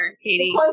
Katie